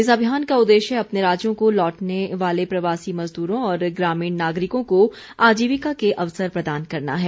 इस अभियान का उद्देश्य अपने राज्यों को लौटने वाले प्रवासी मजदूरों और ग्रामीण नागरिकों को आजीविका के अवसर प्रदान करना है